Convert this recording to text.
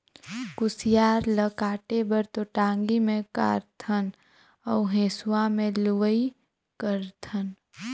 कुसियार ल काटे बर तो टांगी मे कारथन अउ हेंसुवा में लुआई करथन